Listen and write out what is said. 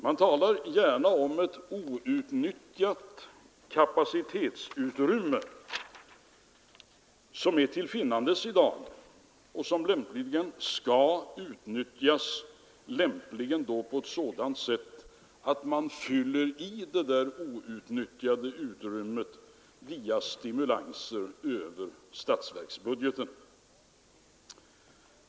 Man talar gärna om ett outnyttjat kapacitetsutrymme, som är till finnandes i dag och som skall tas till vara, lämpligen genom stimulanser över statsverksbudgeten.